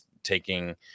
taking